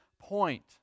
point